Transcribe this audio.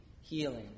healing